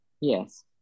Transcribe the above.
Yes